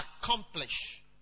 accomplish